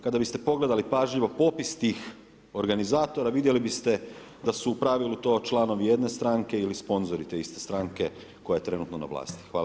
Kada biste pogledali pažljivo popis tih organizatora, vidjeli biste da su u pravilu to članovi jedne stranke ili sponzori te iste stranke koja je trenutno na vlasti.